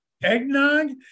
Eggnog